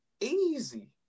Easy